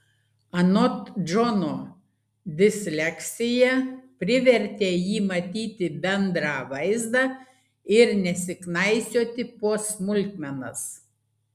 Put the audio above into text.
anot džono disleksija privertė jį matyti bendrą vaizdą ir nesiknaisioti po smulkmenas